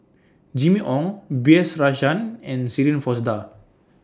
Jimmy Ong B S Rajhans and Shirin Fozdar